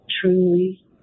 truly